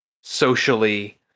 socially